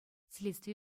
следстви